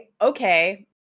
okay